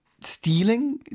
stealing